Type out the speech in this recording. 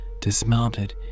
dismounted